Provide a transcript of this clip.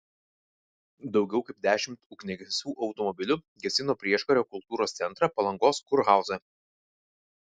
daugiau kaip dešimt ugniagesių automobilių gesino prieškario kultūros centrą palangos kurhauzą